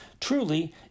Truly